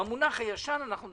אני חושב שטבריה,